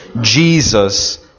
Jesus